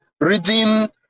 reading